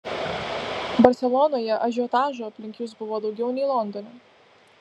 barselonoje ažiotažo aplink jus buvo daugiau nei londone